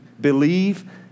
Believe